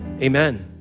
amen